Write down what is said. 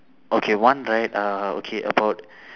okay one right uh okay about